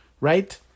right